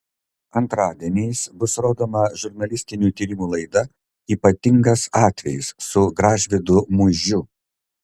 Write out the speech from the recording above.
antradieniais bus rodoma žurnalistinių tyrimų laida ypatingas atvejis su gražvydu muižiu